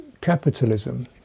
capitalism